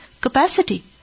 capacity